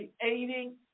creating